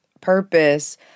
purpose